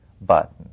button